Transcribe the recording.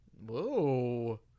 Whoa